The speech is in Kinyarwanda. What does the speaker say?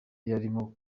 yarimo